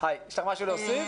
יש לך משהו להוסיף?